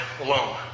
alone